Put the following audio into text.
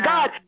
God